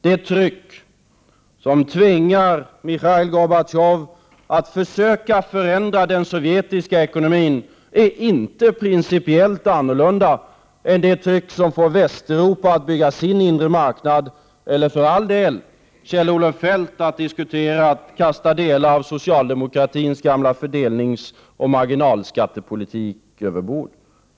Det tryck som tvingar Mikhail Gorbatjov att försöka förändra den sovjetiska ekonomin är inte principiellt annorlunda än det tryck som får Västeuropa att bygga sin inre marknad, eller för all del Kjell-Olof Feldt att diskutera att kasta delar av socialdemokratins gamla fördelningsoch marginalskattepolitik överbord.